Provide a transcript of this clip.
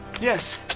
Yes